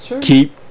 keep